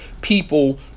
people